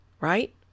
right